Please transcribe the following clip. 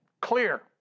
Clear